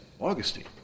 Augustine